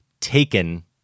taken